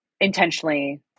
intentionally